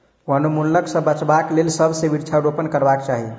वनोन्मूलनक सॅ बचाबक लेल सभ के वृक्षारोपण करबाक चाही